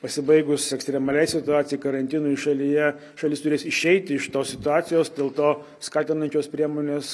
pasibaigus ekstremaliai situacijai karantinui šalyje šalis turės išeiti iš tos situacijos dėl to skatinančios priemonės